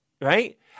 right